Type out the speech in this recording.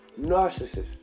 Narcissist